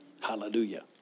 Hallelujah